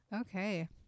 Okay